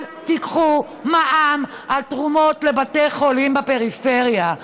אל תיקחו מע"מ על תרומות לבתי חולים בפריפריה.